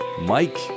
Mike